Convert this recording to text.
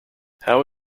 how